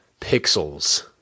Pixels